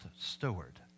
steward